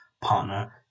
partner